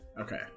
Okay